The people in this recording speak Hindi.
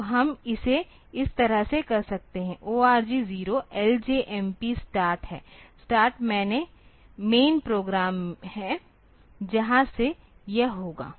तो हम इसे इस तरह कर सकते हैं ORG 0 LJMP Start हैं Start मैन प्रोग्राम है जहां से यह होगा